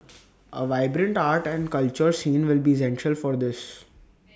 A vibrant arts and culture scene will be essential for this